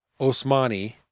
Osmani